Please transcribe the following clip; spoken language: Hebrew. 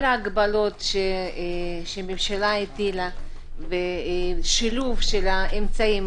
כל ההגבלות שהממשלה הטילה בשילוב של אמצעים,